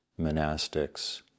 monastics